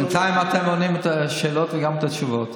בינתיים אתם נותנים את השאלות וגם את התשובות,